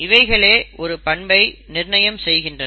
இவைகளே ஒரு பண்பை நிர்ணயம் செய்கின்றன